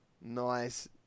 Nice